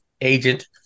agent